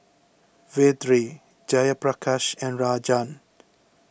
Vedre Jayaprakash and Rajan